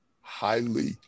highly